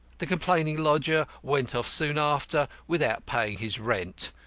the complaining lodger went off soon after without paying his rent.